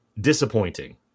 disappointing